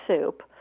soup